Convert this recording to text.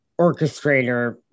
orchestrator